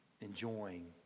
enjoying